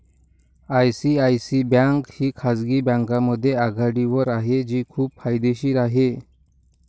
ICICI bank ही खाजगी बँकांमध्ये आघाडीवर आहे जी खूप फायदेशीर आहे